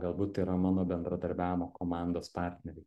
galbūt tai yra mano bendradarbiavimo komandos partneriai